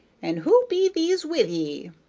and who be these with ye?